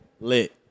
Lit